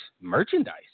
merchandise